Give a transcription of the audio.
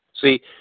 See